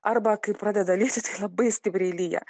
arba kai pradeda lyti tai labai stipriai lyja